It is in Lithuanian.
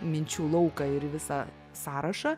minčių lauką ir visą sąrašą